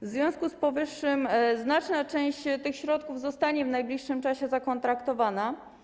W związku z powyższym znaczna część tych środków zostanie w najbliższym czasie zakontraktowana.